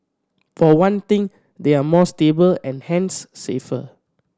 for one thing they are more stable and hence safer